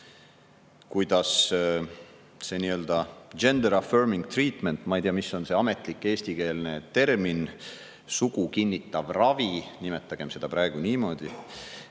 kuidas seegender affirming treatment– ma ei tea, mis on see ametlik eestikeelne termin, "sugu kinnitav ravi", nimetagem seda praegu niimoodi